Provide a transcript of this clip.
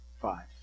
five